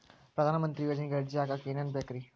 ಪ್ರಧಾನಮಂತ್ರಿ ಯೋಜನೆಗೆ ಅರ್ಜಿ ಹಾಕಕ್ ಏನೇನ್ ಬೇಕ್ರಿ?